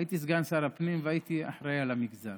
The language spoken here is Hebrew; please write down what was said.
הייתי סגן שר הפנים והייתי אחראי על המגזר.